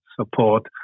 support